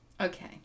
Okay